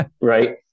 Right